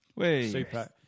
Super